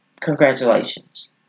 Congratulations